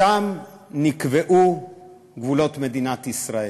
שם נקבעו גבולות מדינת ישראל.